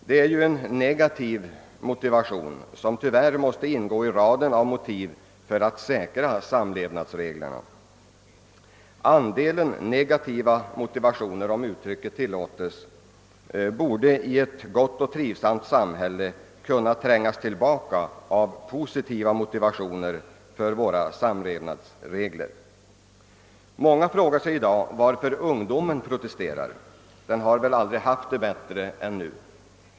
Detta är en negativ motivation som tyvärr måste ingå i raden av åtgärder för att säkra samlevnadsreglerna. De negativa motivationerna, om uttrycket tillåts, borde i ett gott och trivsamt samhälle kunna trängas tillbaka av positiva motivationer för våra samlevnadsregler. Många frågar sig i dag varför ungdomen protesterar; den har väl aldrig haft det bättre än nu.